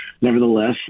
Nevertheless